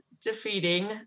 defeating